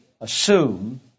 assume